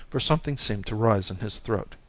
for something seemed to rise in his throat,